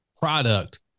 product